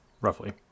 roughly